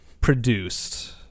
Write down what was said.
produced